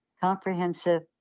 Comprehensive